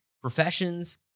professions